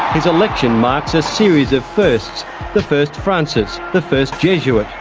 his election marks a series of first the first francis, the first jesuit,